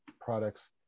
products